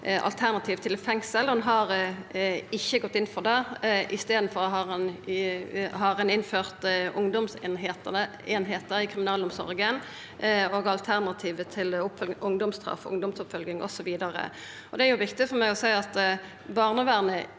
alternativ til fengsel, og ein har ikkje gått inn for det. Ein har i staden innført ungdomseiningar i kriminalomsorga og alternativ som ungdomsstraff, ungdomsoppfølging osv. Det er viktig for meg å seia at barnevernet